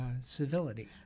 civility